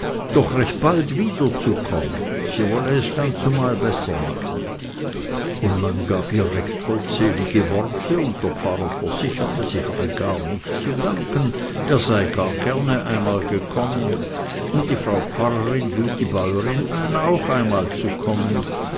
doch recht bald wieder zu kommen sie wolle es dannzumal besser machen und der pfarrer versicherte sie habe gar nicht zu danken er sei gar gerne einmal gekommen und die frau pfarrerin lud die bäurin ein auch einmal zu kommen